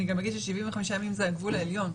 אגיד גם ש-75 ימים זה הגבול העליון.